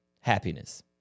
happiness